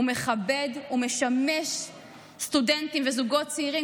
הוא מכבד ומשמש סטודנטים וזוגות צעירים,